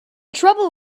trouble